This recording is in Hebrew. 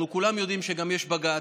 אנחנו כולם יודעים גם שיש בג"ץ,